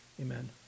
Amen